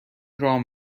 رام